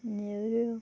नेवऱ्यो